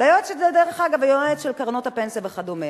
ליועץ של קרנות הפנסיה וכדומה,